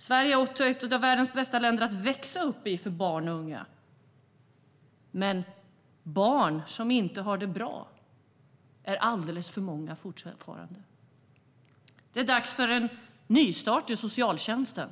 Sverige är också ett av världens bästa länder att växa upp i för barn och unga, men de barn som inte har det bra är fortfarande alldeles för många. Det är dags för en nystart i socialtjänsten.